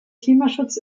klimaschutz